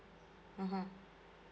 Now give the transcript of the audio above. mmhmm